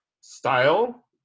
style